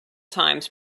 times